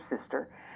sister